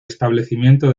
establecimiento